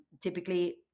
Typically